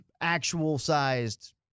actual-sized